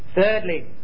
thirdly